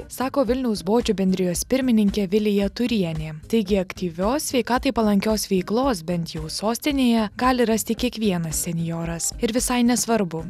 sako vilniaus bočių bendrijos pirmininkė vilija tūrienė taigi aktyvios sveikatai palankios veiklos bent jau sostinėje gali rasti kiekvienas senjoras ir visai nesvarbu